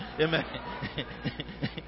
Amen